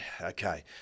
okay